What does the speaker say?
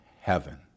heaven